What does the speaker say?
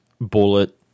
bullet